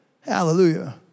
Hallelujah